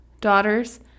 daughters